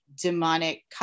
demonic